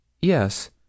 Yes